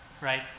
right